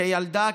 כילדה,